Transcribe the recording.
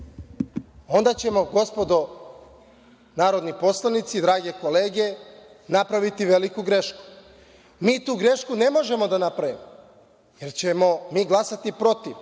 onda ćemo, gospodo narodni poslanici, drage kolege, napraviti veliku grešku. Mi tu grešku ne možemo da napravimo, jer ćemo glasati protiv